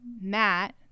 matt